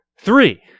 Three